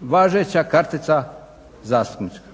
važeća kartica zastupnička?